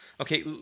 Okay